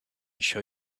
show